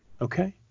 Okay